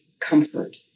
comfort